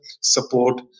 support